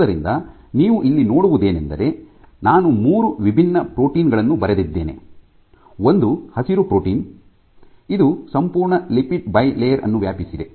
ಆದ್ದರಿಂದ ನೀವು ಇಲ್ಲಿ ನೋಡುವುದೇನೆಂದರೆ ನಾನು ಮೂರು ವಿಭಿನ್ನ ಪ್ರೋಟೀನ್ ಗಳನ್ನು ಬರೆದಿದ್ದೇನೆ ಒಂದು ಹಸಿರು ಪ್ರೋಟೀನ್ ಇದು ಸಂಪೂರ್ಣ ಲಿಪಿಡ್ ಬಯಲೇಯರ್ ಅನ್ನು ವ್ಯಾಪಿಸಿದೆ